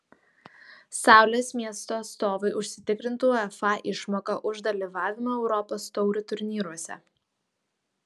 saulės miesto atstovai užsitikrintų uefa išmoką už dalyvavimą europos taurių turnyruose